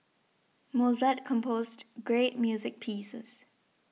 Mozart composed great music pieces